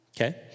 Okay